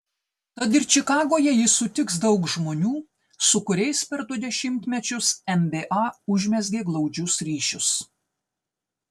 tad ir čikagoje jis sutiks daug žmonių su kuriais per du dešimtmečius nba užmezgė glaudžius ryšius